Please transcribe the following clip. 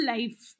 Life